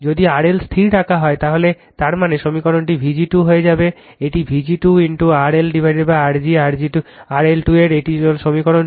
যদি RL স্থির ধরে রাখা হয় তাহলে তার মানে সমীকরণটি Vg 2 হয়ে যাবেএটি vg 2 RLR g RL 2 এটি হল সমীকরণ 2